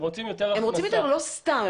הם רוצים יותר ולא סתם.